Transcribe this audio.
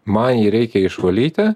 man jį reikia išvalyti